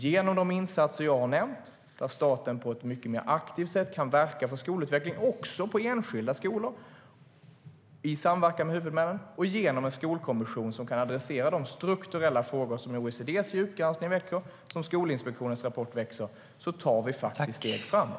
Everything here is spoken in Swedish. Genom de insatser jag har nämnt, där staten på ett mycket mer aktivt sätt kan verka för skolutveckling också på enskilda skolor i samverkan med huvudmännen, och genom en skolkommission som kan adressera de strukturella frågor som OECD:s djupgranskning väcker och som Skolinspektionens rapport väcker tar vi steg framåt.